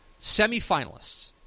semifinalists